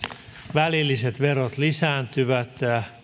välilliset verot lisääntyvät